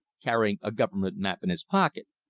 carrying a government map in his pocket.